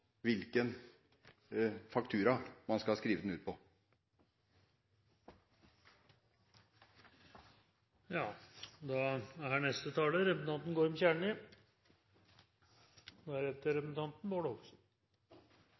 hvilken faktura man skal skrive den ut på.